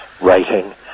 writing